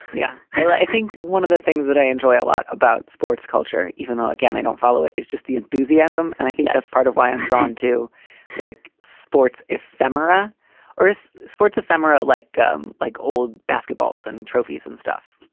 yeah. i think one of the things that i enjoy a lot about sports culture, even though again i don't follow it, is just the enthusiasm. and i think that's part of why i'm drawn to like sports ephemera or is sports ephemera like um like old basketballs and trophies and stuff?